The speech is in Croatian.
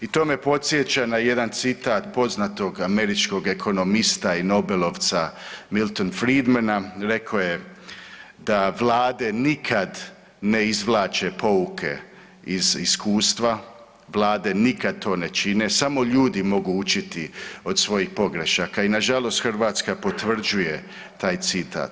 I to me podsjeća na jedan citat poznatog američkog ekonomista i nobelovca Milton Friedmana, rekao je da vlade nikad ne izvlače pouke iz iskustva, vlade nikad to ne čine, samo ljudi mogu učiti od svojih pogrešaka i nažalost Hrvatska potvrđuje taj citat.